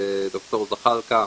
ד"ר זחאלקה,